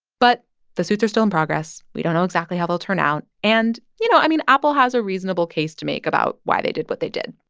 but the suits are still in progress. we don't know exactly how they'll turn out. and, you know, i mean, apple has a reasonable case to make about why they did what they did.